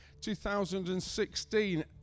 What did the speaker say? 2016